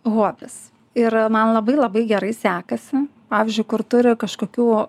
hobis ir man labai labai gerai sekasi pavyzdžiui kur turi kažkokių